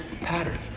pattern